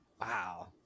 Wow